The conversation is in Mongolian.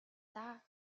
даа